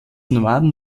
nomaden